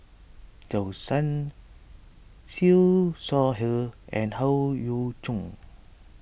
Zhou Can Siew Shaw Her and Howe Yoon Chong